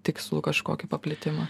tikslų kažkokį paplitimą